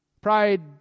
Pride